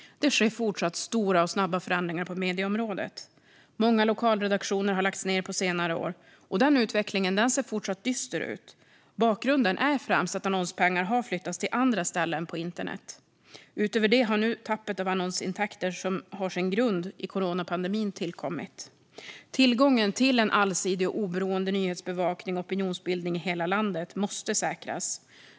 Det sker fortsatt stora och snabba förändringar inom medieområdet. Många lokalredaktioner har lagts ned på senare år, och den utvecklingen ser fortsatt dyster ut. Bakgrunden är främst att annonspengar har flyttats till andra ställen på internet. Utöver det har nu tappet av annonsintäkter som har sin grund i coronapandemin tillkommit. Tillgången till en allsidig och oberoende nyhetsbevakning och opinionsbildning i hela landet måste säkerställas.